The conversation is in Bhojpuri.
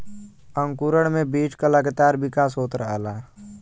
अंकुरण में बीज क लगातार विकास होत रहला